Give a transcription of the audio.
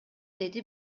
деди